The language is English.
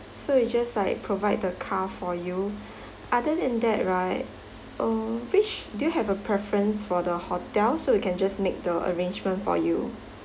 so it just like provide the car for you other than that right uh which do you have a preference for the hotel so we can just make the arrangement for you